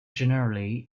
generally